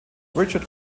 richard